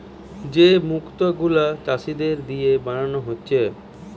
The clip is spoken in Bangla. যে মুক্ত গুলা চাষীদের দিয়ে বানানা হচ্ছে